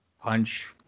punch